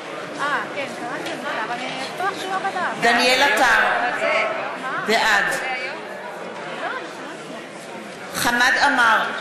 נגד דניאל עטר, בעד חמד עמאר,